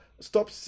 stop